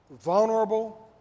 vulnerable